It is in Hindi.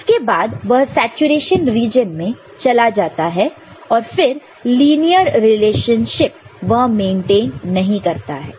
इसके बाद वह सैचुरेशन रीजन में चला जाता है और फिर लीनियर रिलेशनशिप वह मेंटेन नहीं करता है